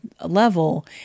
level